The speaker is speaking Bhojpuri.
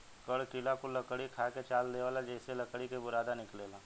कठ किड़ा कुल लकड़ी खा के चाल देवेला जेइसे लकड़ी के बुरादा निकलेला